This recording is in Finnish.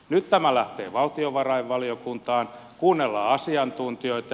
nyt tämä lähtee valtiovarainvaliokuntaan kuunnellaan asiantuntijoita